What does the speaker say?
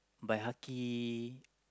bihaki